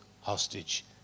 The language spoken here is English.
hostage